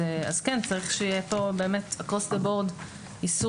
אז צריך שיהיה פה across the board איסור